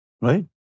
Right